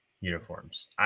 uniforms